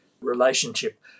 relationship